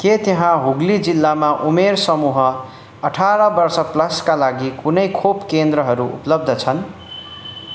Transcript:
के त्यहाँ हुगली जिल्लामा उमेर समूह अठार वर्ष प्लसका लागि कुनै खोप केन्द्रहरू उपलब्ध छन्